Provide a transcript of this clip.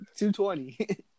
220